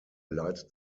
leitet